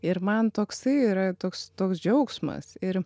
ir man toksai yra toks toks džiaugsmas ir